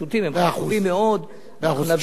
הפשוטים הם חשובים מאוד, אנחנו נביא, מאה אחוז.